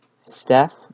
Steph